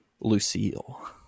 Lucille